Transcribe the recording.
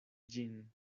ĝin